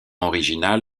original